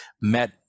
met